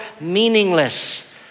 meaningless